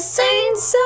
saints